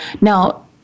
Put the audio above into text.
Now